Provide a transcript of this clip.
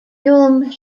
hulme